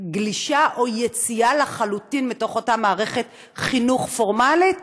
גלישה או יציאה לחלוטין מתוך אותה מערכת חינוך פורמלית,